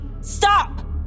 Stop